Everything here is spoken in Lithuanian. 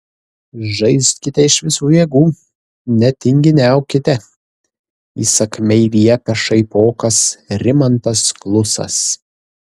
žaiskite iš visų jėgų netinginiaukite įsakmiai liepia šaipokas rimantas klusas